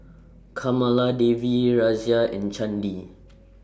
Kamaladevi Razia and Chandi